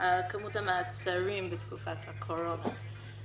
כמות המעצרים בתקופת הקורונה.